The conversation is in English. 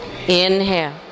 Inhale